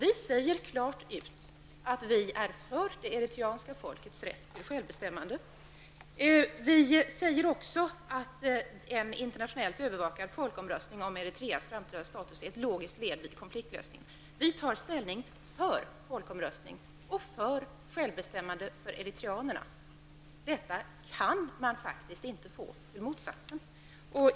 Vi säger klart ut att vi är för det eritreanska folkets rätt till självbestämmande. Vi säger också att en internationellt övervakad folkomröstning om Eritreas framtida status är ett logiskt led vid konfliktlösning. Vi tar ställning för folkomröstning och för självbestämmande för eritreanerna. Detta kan man faktiskt inte få till motsatsen.